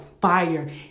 fire